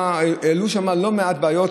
והעלו שם לא מעט בעיות.